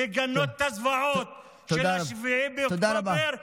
לגנות את הזוועות של 7 באוקטובר,